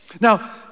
Now